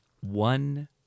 One